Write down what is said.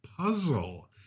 puzzle